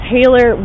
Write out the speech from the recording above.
Taylor